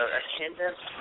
attendance